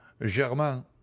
Germain